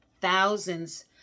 thousands